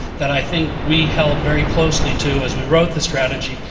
that i think we held very closely to as we wrote the strategy,